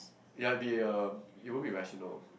ya it'll be uh it won't be rational